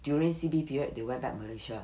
during C_B period they went back malaysia